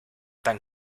tan